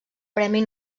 premi